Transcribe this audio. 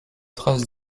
traces